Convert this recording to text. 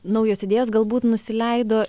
naujos idėjos galbūt nusileido